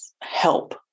help